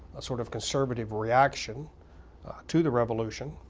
a sort of conservative reaction to the revolution.